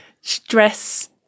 stress